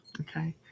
okay